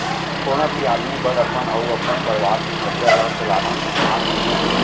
कोनो भी आदमी बर अपन अउ अपन परवार के खरचा ल चलाना सम्मान नइये